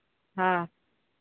हाँ